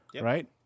right